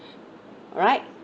alright